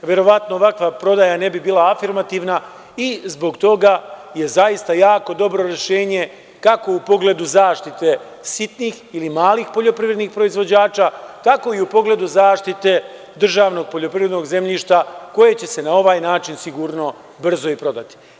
Verovatno ovakva prodaja ne bi bila afirmativna, i zbog toga je zaista jako dobro rešenje kako u pogledu zaštite sitnih ili malih poljoprivrednih proizvođača, tako i u pogledu zaštite državnog poljoprivrednog zemljišta, koje će se na ovaj način sigurno brzo i prodati.